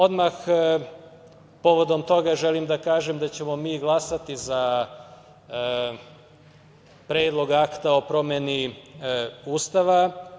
Odmah povodom toga želim da kažem da ćemo mi glasati za Predlog akta o promeni Ustava.